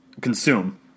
consume